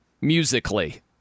musically